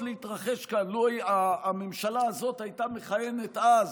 להתרחש כאן לו הממשלה הזאת הייתה מכהנת אז,